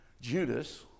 Judas